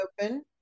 open